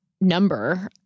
number